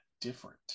different